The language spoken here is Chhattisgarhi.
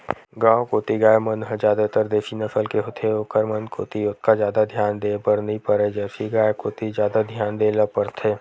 गांव कोती गाय मन ह जादातर देसी नसल के होथे ओखर मन कोती ओतका जादा धियान देय बर नइ परय जरसी गाय कोती जादा धियान देय ल परथे